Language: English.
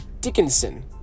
Dickinson